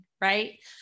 Right